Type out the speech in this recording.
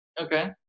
Okay